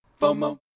FOMO